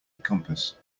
compass